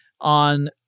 on